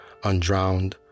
undrowned